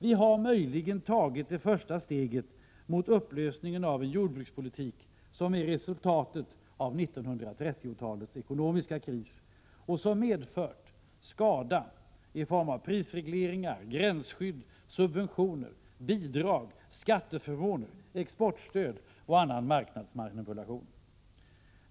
Vi har möjligen tagit det första steget mot upplösningen av en jordbrukspolitik som är resultatet av 1930-talets ekonomiska kris och som medfört skada i form av prisregleringar, gränsskydd, subventioner, bidrag, skatteförmåner, exportstöd och annan marknadsmanipulation.